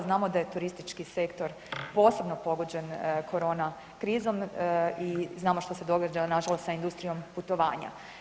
Znamo da je turistički sektor posebno pogođen korona krizom i znamo što se događa nažalost sa industrijom putovanja.